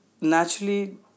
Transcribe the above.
naturally